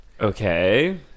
Okay